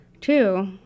Two